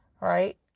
right